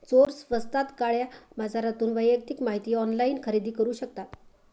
चोर स्वस्तात काळ्या बाजारातून वैयक्तिक माहिती ऑनलाइन खरेदी करू शकतात